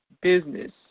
business